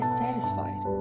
satisfied